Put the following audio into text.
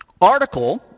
article